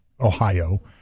Ohio